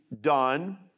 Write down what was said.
done